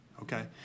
Okay